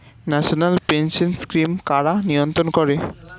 National pension scheme কারা নিয়ন্ত্রণ করে?